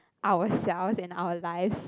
ourselves and our lives